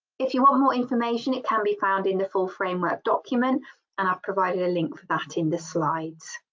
if you want more information it can be found in the full framework document and i've provided a link for that in the slides.